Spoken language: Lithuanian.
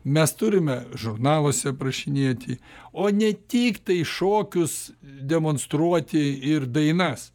mes turime žurnaluose aprašinėti o ne tiktai šokius demonstruoti ir dainas